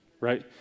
right